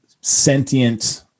sentient